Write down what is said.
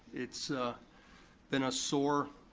it's been a sore